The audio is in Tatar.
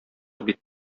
бит